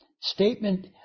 statement